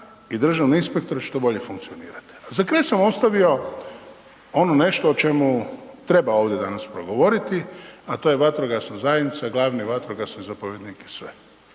i državne inspektora da će to bolje funkcionirati. A za kraj sam ostavio ono nešto o čemu treba ovdje danas progovoriti, a to je vatrogasna zajednica, glavni vatrogasni zapovjednik i sve.